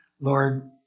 Lord